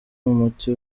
umuti